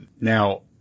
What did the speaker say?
now